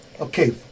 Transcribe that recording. okay